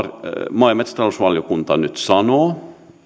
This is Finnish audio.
maa ja metsätalousvaliokunta nyt sanoo